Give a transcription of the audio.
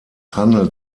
handelt